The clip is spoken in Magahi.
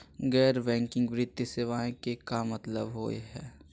गैर बैंकिंग वित्तीय सेवाएं के का मतलब होई हे?